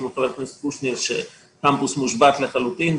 עם חבר הכנסת קושניר שהקמפוס מושבת לחלוטין,